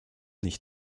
nicht